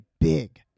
big